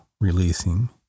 releasing